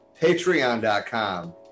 Patreon.com